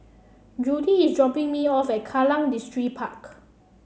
Judy is dropping me off at Kallang Distripark